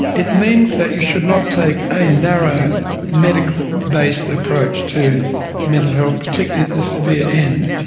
it means that you should not take a narrow medical based approach to mental health, particularly at the severe end,